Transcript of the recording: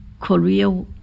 Korea